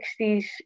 60s